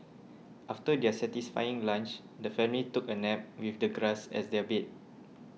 after their satisfying lunch the family took a nap with the grass as their bed